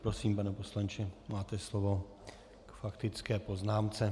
Prosím, pane poslanče, máte slovo k faktické poznámce.